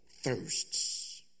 thirsts